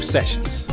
sessions